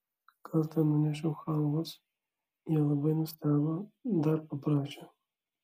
kartą nunešiau chalvos jie labai nustebo dar paprašė